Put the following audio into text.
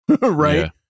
right